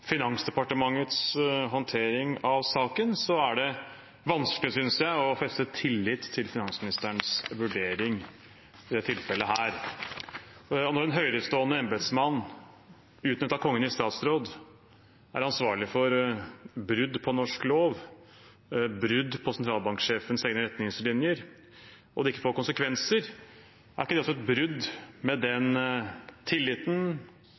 Finansdepartementets håndtering av saken, er det vanskelig, synes jeg, å feste tillit til finansministerens vurdering i dette tilfellet. Når en høyerestående embetsmann, utnevnt av Kongen i statsråd, er ansvarlig for brudd på norsk lov, brudd på sentralbanksjefens egne retningslinjer, og det ikke får konsekvenser – er ikke det også et brudd med den tilliten,